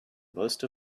most